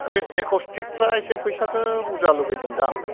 बे एखसकित फ्रा एसे फैसाखौ बुरजा लुबैदोंदां